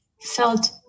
felt